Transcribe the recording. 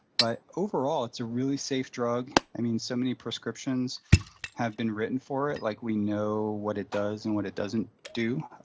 but overall, it's a really safe drug. i mean, so many prescriptions have been written for it. like we know what it does and what it doesn't do.